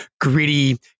gritty